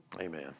Amen